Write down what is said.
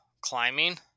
climbing